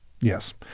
Yes